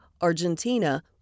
Argentina